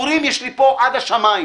דיבורים יש לי פה עד השמיים.